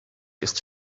ist